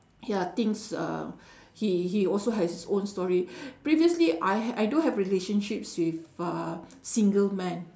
ya things uh he he also have his own story previously I h~ I do have relationships with uh single men